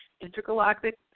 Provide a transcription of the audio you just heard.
intergalactic